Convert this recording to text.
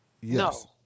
Yes